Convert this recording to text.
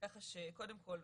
ככה שקודם כל,